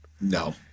No